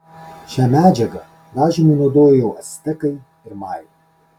šią medžiagą dažymui naudojo jau actekai ir majai